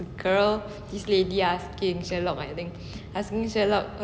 girl this lady asking sherlock I think asking sherlock